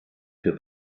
für